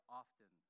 often